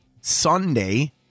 Sunday